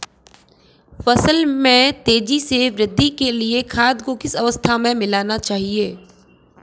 फसल में तेज़ी से वृद्धि के लिए खाद को किस अवस्था में मिलाना चाहिए?